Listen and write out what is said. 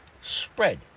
spread